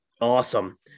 Awesome